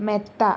മെത്ത